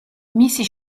მისი